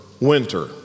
winter